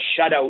shutout